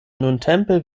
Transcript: nuntempe